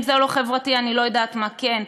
אם זה לא חברתי אני לא יודעת מה כן.